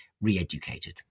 re-educated